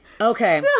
Okay